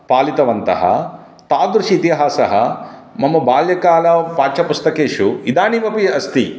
पालितवन्तः तादृशः इतिहासः मम बाल्यकालेव पाठ्यपुस्तकेषु इदानीमपि अस्ति